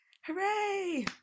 Hooray